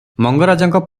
ମଙ୍ଗରାଜଙ୍କ